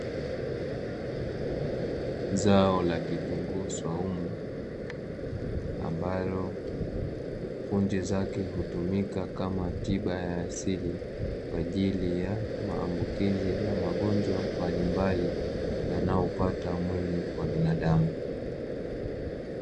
Zao la kitunguu swaumu, ambalo punje zake hutumika kama tiba ya asili kwa ajili ya maambukizi na magonjwa mbalimbali yanaoupata mwili wa binadamu.